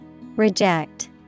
Reject